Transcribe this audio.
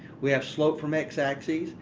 we have slope from x-axis.